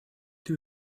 two